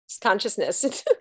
consciousness